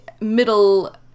middle